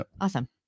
Awesome